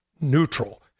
neutral